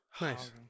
Nice